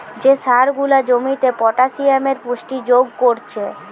যে সার গুলা জমিতে পটাসিয়ামের পুষ্টি যোগ কোরছে